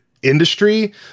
industry